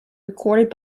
recorded